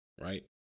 Right